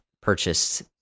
purchased